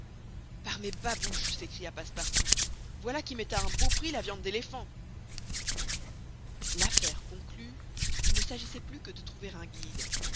par mes babouches s'écria passepartout voilà qui met à un beau prix la viande d'éléphant l'affaire conclue il ne s'agissait plus que de trouver un guide